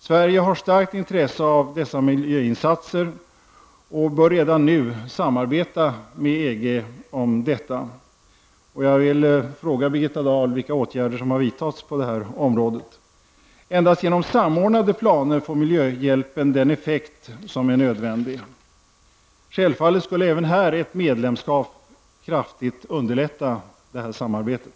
Sverige, som har starkt intresse av dessa miljöinsatser, bör redan nu samarbeta med Endast genom samordnade planer får miljöhjälpen den effekt som är nödvändig. Självfallet skulle även här ett medlemskap kraftigt underlätta samarbetet.